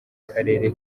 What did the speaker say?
karere